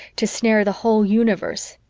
to snare the whole universe,